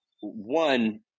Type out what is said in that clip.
One